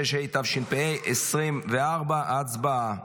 26), התשפ"ה 2024. הצבעה.